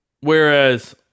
Whereas